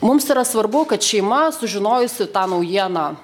mums yra svarbu kad šeima sužinojusi tą naujieną